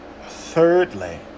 thirdly